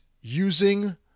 using